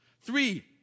Three